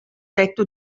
tetto